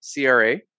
CRA